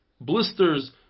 blisters